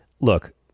Look